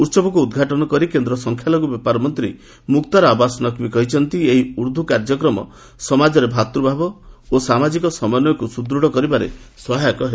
ଉହବକୁ ଉଦ୍ଘାଟନ କରି କେନ୍ଦ୍ର ସଂଖ୍ୟାଲଘୁ ବ୍ୟାପାର ମନ୍ତ୍ରୀ ମୁଖଥାର ଆବାସ୍ ନକ୍ଭୀ କହିଛନ୍ତି ଏହି ଉର୍ଦ୍ଦୁ କାର୍ଯ୍ୟକ୍ରମ ସମାଜରେ ଭାତ୍ରଭାବ ଓ ସାମାଜିକ ସମନ୍ୱୟକୁ ସୁଦୃଢ଼ କରିବାରେ ସହାୟକ ହେବ